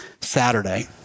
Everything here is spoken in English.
Saturday